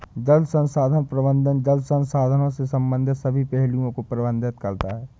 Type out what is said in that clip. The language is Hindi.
जल संसाधन प्रबंधन जल संसाधनों से संबंधित सभी पहलुओं को प्रबंधित करता है